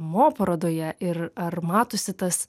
mo parodoje ir ar matosi tas